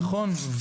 נכון.